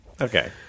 Okay